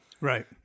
Right